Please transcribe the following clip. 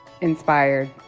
inspired